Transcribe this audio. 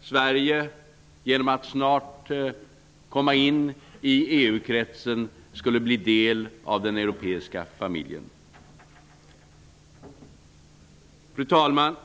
Sverige, genom att snart komma in i EU-kretsen, skulle bli del av den europeiska familjen. Fru talman!